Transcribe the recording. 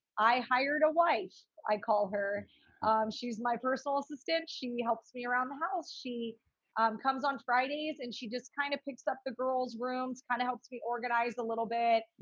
i hired a wife. i call her she's my personal assistant. she helps me around the house. she comes on fridays and she just kind of picks up the girls rooms kind of helps me organize a little bit.